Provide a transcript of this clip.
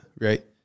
right